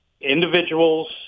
Individuals